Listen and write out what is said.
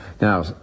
Now